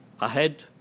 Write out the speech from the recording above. ahead